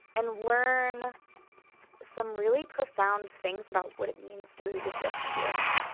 and learn some really profound things about what it means to exist here